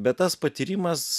bet tas patyrimas